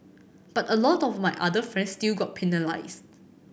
but a lot of my other friends still got penalised